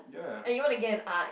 ya lah